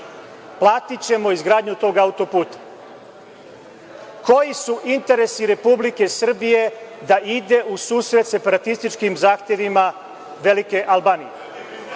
platićemo izgradnju tog autoputa. Koji su interesi Republike Srbije da ide u susret separatističkim zahtevima Velike Albanije?